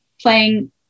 playing